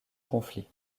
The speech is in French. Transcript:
conflit